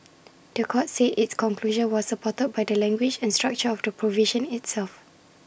The Court said its conclusion was supported by the language and structure of the provision itself